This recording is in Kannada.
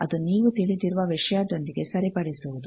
ಅದು ನೀವು ತಿಳಿದಿರುವ ವಿಷಯದೊಂದಿಗೆ ಸರಿಪಡಿಸುವುದು